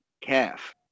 calf